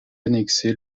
annexé